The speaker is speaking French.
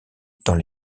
dans